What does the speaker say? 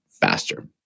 faster